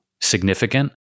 significant